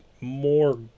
more